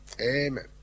Amen